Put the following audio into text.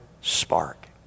spark